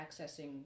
accessing